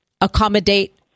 accommodate